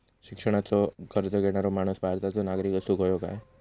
शिक्षणाचो कर्ज घेणारो माणूस भारताचो नागरिक असूक हवो काय?